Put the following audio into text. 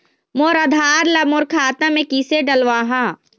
मोर आधार ला मोर खाता मे किसे डलवाहा?